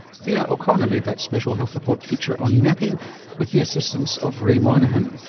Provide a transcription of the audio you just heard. thea o'connor made that special health report feature on napping with the assistance of ray monihan.